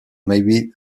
maybe